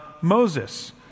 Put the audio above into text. Moses